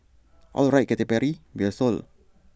alright Katy Perry we're sold